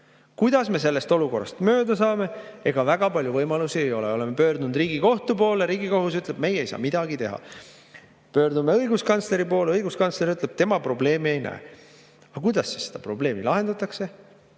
muutma. Kuidas me sellest olukorrast mööda saame? Ega väga palju võimalusi ei ole. Oleme pöördunud Riigikohtu poole, Riigikohus ütleb, et meie ei saa midagi teha. Pöördume õiguskantsleri poole, õiguskantsler ütleb, et tema probleemi ei näe. Aga kuidas siis seda probleemi lahendatakse?